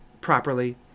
properly